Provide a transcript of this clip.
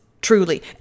truly